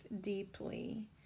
deeply